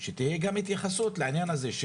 שתהיה התייחסות לעניין הזה,